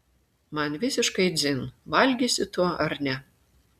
man visiškai dzin valgysi tu ar ne